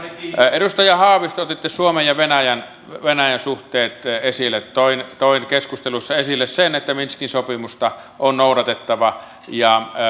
edustaja haavisto otitte suomen ja venäjän suhteet esille toin toin keskustelussa esille sen että minskin sopimusta on noudatettava ja